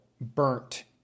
burnt